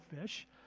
fish